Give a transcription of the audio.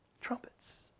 trumpets